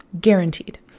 Guaranteed